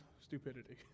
stupidity